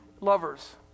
lovers